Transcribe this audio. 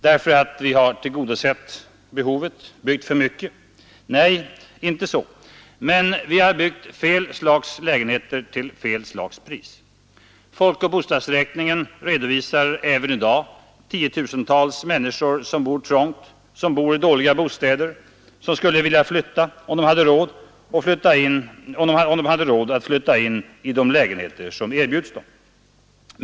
Därför att vi har tillgodosett behovet, byggt för mycket? Nej, inte så, men vi har byggt fel slags lägenheter till fel pris. Folkoch bostadsräkningen redovisar även i dag tiotusentals människor som bor trångt, som bor i dåliga bostäder, som skulle vilja flytta om de hade råd att flytta in i de lägenheter som erbjuds dem.